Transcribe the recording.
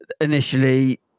initially